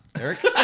Eric